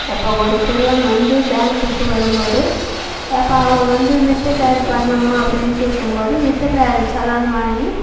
இப்போ ஒரு சிறுவன் வந்து பேங்குக்கு வரும் போது அப்போ அவன் வந்து வித்ட்ரா பண்ணணும் அப்படினு கேட்கும்போது வித்ட்ராயல் செல்லான் வாங்கி